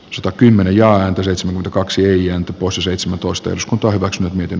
satakymmenen ja seitsemän kaksi eijan topo su seitsemäntoista jos kutoivat miten